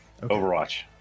Overwatch